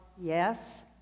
yes